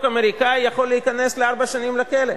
האמריקני יכול להיכנס לארבע שנים לכלא,